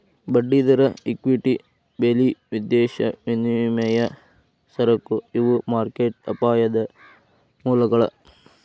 ಬಡ್ಡಿದರ ಇಕ್ವಿಟಿ ಬೆಲಿ ವಿದೇಶಿ ವಿನಿಮಯ ಸರಕು ಇವು ಮಾರ್ಕೆಟ್ ಅಪಾಯದ ಮೂಲಗಳ